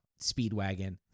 Speedwagon